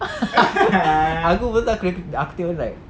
aku first first tengok dia like